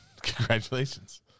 Congratulations